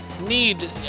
need